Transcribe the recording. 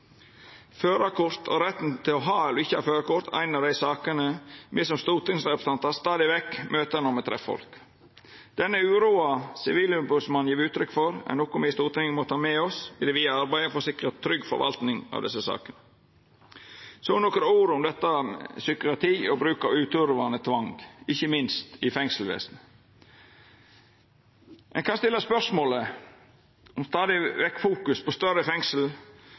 Førarkort og retten til å ha eller ikkje ha førarkort er ei av dei sakene me som stortingsrepresentantar stadig vekk møter når me treffer folk. Den uroa Sivilombodsmannen gjev uttrykk for, er noko me i Stortinget må ta med oss i det vidare arbeidet for å sikra ei trygg forvaltning av desse sakene. Så nokre ord om psykiatri og bruk av uturvande tvang, ikkje minst i fengselsvesenet. Ein kan stilla spørsmålet om stadig større fokus på større fengsel,